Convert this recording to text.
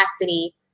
capacity